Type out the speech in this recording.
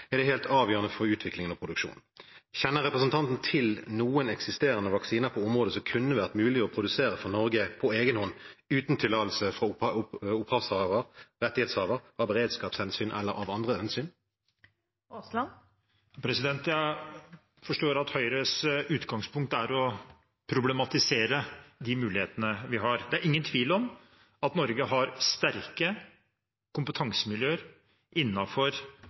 er dette helt avgjørende for utvikling og produksjon. Kjenner representanten til noen eksisterende vaksiner på området som det kunne vært mulig for Norge å produsere på egen hånd, uten tillatelse fra rettighetshaver, av beredskapshensyn eller av andre hensyn? Jeg forstår at Høyres utgangspunkt er å problematisere de mulighetene vi har. Det er ingen tvil om at Norge har sterke kompetansemiljøer